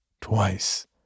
twice